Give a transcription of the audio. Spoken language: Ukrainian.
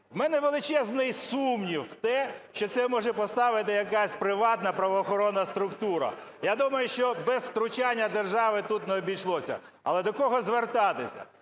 В мене величезний сумнів в те, що це може поставити якась приватна правоохоронна структура. Я думаю, що без втручання держави тут не обійшлося. Але до кого звертатися?